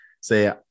say